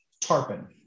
Tarpon